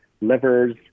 livers